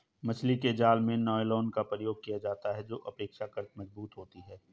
मछली के जाल में नायलॉन का प्रयोग किया जाता है जो अपेक्षाकृत मजबूत होती है